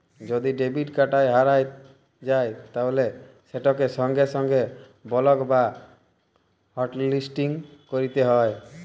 যদি debit card হারাঁয় যায় তাইলে সেটকে সঙ্গে সঙ্গে বলক বা হটলিসটিং ক্যইরতে হ্যয়